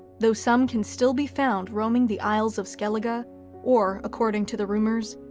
though some can still be found roaming the isles of skellige and or, according to the rumors,